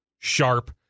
sharp